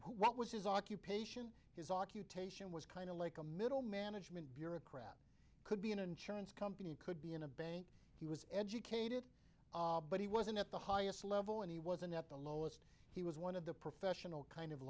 what was his occupation his occupation was kind of like a middle management bureaucrat could be an insurance company could he was educated but he wasn't at the highest level and he wasn't at the lowest he was one of the professional kind of